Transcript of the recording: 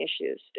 issues